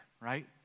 right